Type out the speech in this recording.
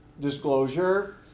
disclosure